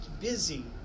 busy